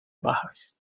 bajas